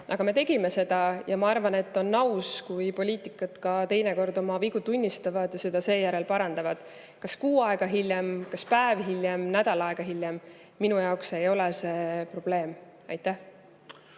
aga me tegime seda. Ja ma arvan, et on aus, kui poliitikud ka teinekord oma vigu tunnistavad ja seejärel neid parandavad. Kas kuu aega hiljem, kas päev hiljem või nädal aega hiljem – minu jaoks ei ole see probleem. Tänan!